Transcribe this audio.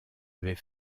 avait